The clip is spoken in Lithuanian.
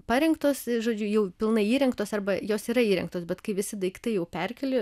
parinktos žodžiu jau pilnai įrengtos arba jos yra įrengtos bet kai visi daiktai jau perkeli